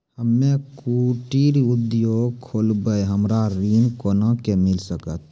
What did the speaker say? हम्मे कुटीर उद्योग खोलबै हमरा ऋण कोना के मिल सकत?